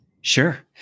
Sure